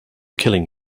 killing